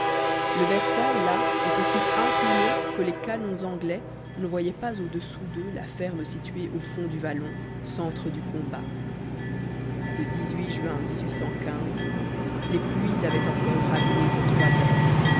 le versant là était si incliné que les canons anglais ne voyaient pas au-dessous d'eux la ferme située au fond du vallon centre du combat le juin les pluies avaient encore raviné cette